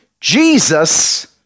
Jesus